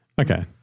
Okay